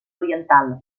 oriental